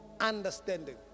understanding